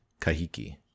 kahiki